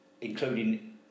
including